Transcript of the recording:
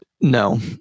No